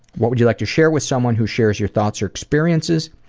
what would you like to share with someone who shares your thoughts or experiences?